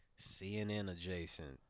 CNN-adjacent